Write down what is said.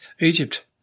Egypt